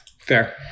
fair